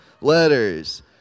Letters